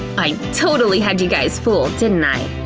i totally had you guys fooled, didn't i?